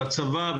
בצבא,